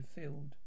filled